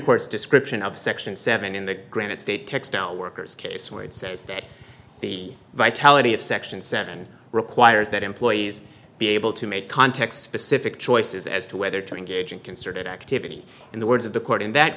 court's description of section seven in the granite state textile workers case where it says that the vitality of section seven requires that employees be able to make context specific choices as to whether to engage in concerted activity in the words of the court in that